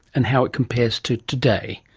and how it compares to today.